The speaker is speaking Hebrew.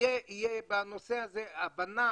תהיה בנושא הזה הבנה,